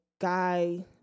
guy